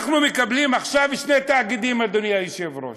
אנחנו מקבלים עכשיו שני תאגידים, אדוני היושב-ראש.